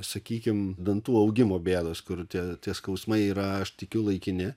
sakykim dantų augimo bėdos kur tie tie skausmai yra aš tikiu laikini